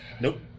Nope